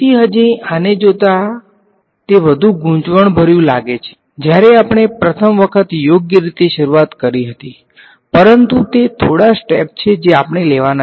તેથી હજી આને જોતા તે વધુ ગૂંચવણભર્યું લાગે છે જ્યારે આપણે પ્રથમ વખત યોગ્ય રીતે શરૂઆત કરી હતી પરંતુ તે થોડા સ્ટેપ્સ છે જે આપણે લેવાના છે